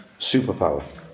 superpower